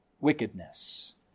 wickedness